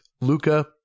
Luca